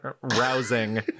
Rousing